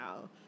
now